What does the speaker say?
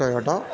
Toyota